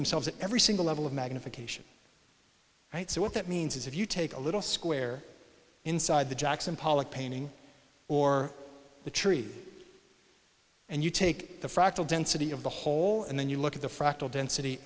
themselves in every single level of magnification right so what that means is if you take a little square inside the jackson pollock painting or the tree and you take the fractal density of the whole and then you look at the